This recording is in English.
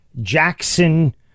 Jackson